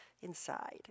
Inside